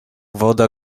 woda